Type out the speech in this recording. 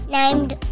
named